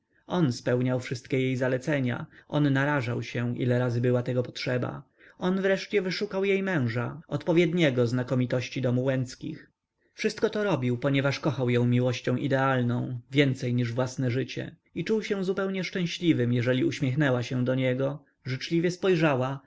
on spełniał wszystkie jej zlecenia on narażał się ile razy była tego potrzeba on wreszcie wyszukał jej męża odpowiedniego znakomitości domu łęckich wszystko to robił ponieważ kochał ją miłością idealną więcej niż własne życie i czuł się zupełnie szczęśliwym jeżeli uśmiechnęła się do niego życzliwiej spojrzała